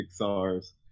Pixar's